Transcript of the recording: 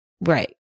Right